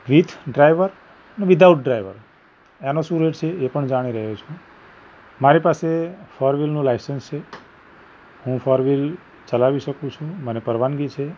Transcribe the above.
with driver અને without driver એનો શું રેટ છે એ પણ જાણી રહ્યો છું મારી પાસે ફોર વ્હીલનું લાયસન્સ છે હું ફોર વ્હીલ ચલાવી શકું છું મને પરવાનગી છે